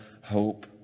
hope